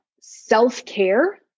self-care